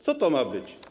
Co to ma być?